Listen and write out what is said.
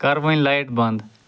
کَر وۄنۍ لایٹ بنٛد